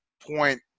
point